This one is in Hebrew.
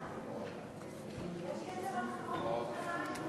רבה לך.